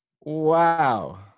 wow